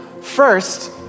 First